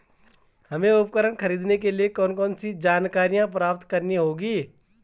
हमें उपकरण खरीदने के लिए कौन कौन सी जानकारियां प्राप्त करनी होगी?